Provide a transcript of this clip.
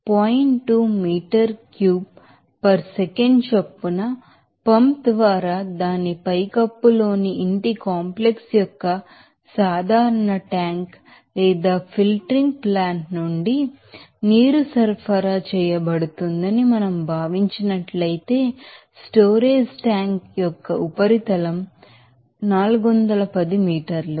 2 మీటర్ల సాలిడ్ చొప్పున పంప్ ద్వారా దాని పైకప్పులోని ఇంటి కాంప్లెక్స్ యొక్క సాధారణ ట్యాంక్ లేదా ఫిల్టరింగ్ ప్లాంట్ నుండి నీరు సరఫరా చేయబడుతోందని మనం భావించినట్లయితే స్టోరేజీ ట్యాంక్ యొక్క ఉపరితలం 410 మీటర్లు